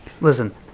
Listen